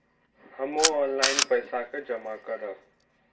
हमू ऑनलाईनपेसा के जमा करब?